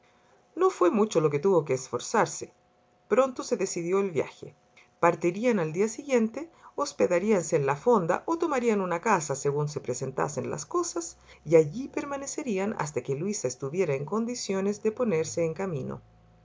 no fué mucho lo que tuvo que esforzarse pronto se decidió el viaje partirían al día siguiente hospedaríanse en la fonda o tomarían una casa según se presentasen las cosas y allí permanecerían hasta que luisa estuviera en condiciones de ponerse en camino